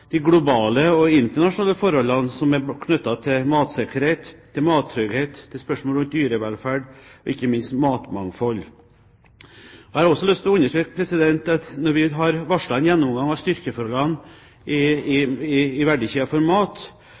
de globale og internasjonale forholdene som er knyttet til matsikkerhet, mattrygghet, til spørsmål om dyrevelferd og ikke minst til matmangfold. Jeg har lyst til å understreke at når vi har varslet en gjennomgang av styrkeforholdene i